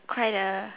quite a